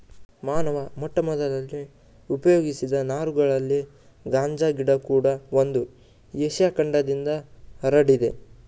ಮಾನವ ಮೊಟ್ಟಮೊದಲಲ್ಲಿ ಉಪಯೋಗಿಸಿದ ನಾರುಗಳಲ್ಲಿ ಗಾಂಜಾ ಗಿಡ ಕೂಡ ಒಂದು ಏಷ್ಯ ಖಂಡದಿಂದ ಹರಡಿದೆ